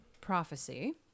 prophecy